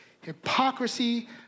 hypocrisy